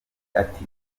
ati